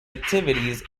activities